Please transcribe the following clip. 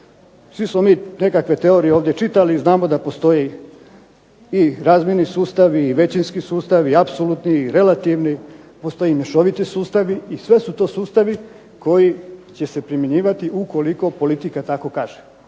Svi su oni nekakve teorije ovdje čitali. Znamo da postoji i razmjerni sustavi i većinski sustavi i apsolutni i relativni, postoji i mješoviti sustavi i sve su to sustavi koji će se primjenjivati ukoliko politika tako kaže.